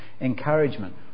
encouragement